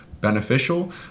beneficial